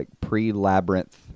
pre-labyrinth